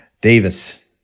davis